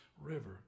River